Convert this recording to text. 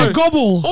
gobble